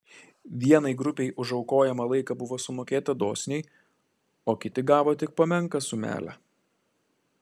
vienai grupei už aukojamą laiką buvo sumokėta dosniai o kiti gavo tik po menką sumelę